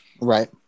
Right